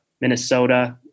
Minnesota